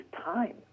time